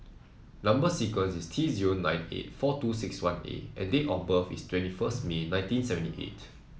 number sequence is T zero nine eight four two six one A and date of birth is twenty first May nineteen seventy eight